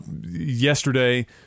yesterday